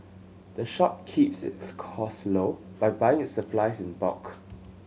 the shop keeps its cost low by buying its supplies in bulk